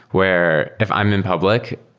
where if i'm in public,